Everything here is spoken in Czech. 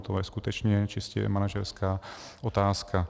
To je skutečně čistě jen manažerská otázka.